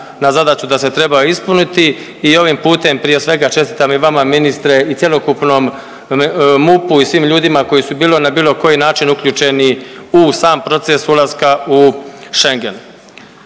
na zadaću da se trebaju ispuniti i ovim putem prije svega čestitam i vama ministre i cjelokupnom MUP-u i svim ljudima koji su bili na bilo koji način uključeni u sam proces ulaska u Schengen.